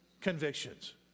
convictions